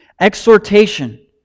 exhortation